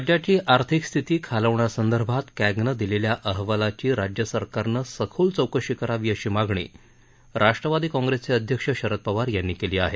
राज्याची आर्थिक स्थिती खालवण्यासंदर्भात कॅगनं दिलेल्या अहवालाची राज्य सरकारनं सखोल चौकशी करावी अशी मागणी राष्ट्रवादी काँप्रेसचे अध्यक्ष शरद पवार यांनी केली आहे